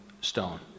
stone